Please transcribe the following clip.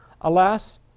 Alas